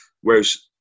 whereas